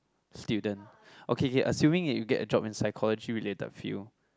student okay K assuming if you get a job in psychology related field